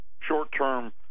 short-term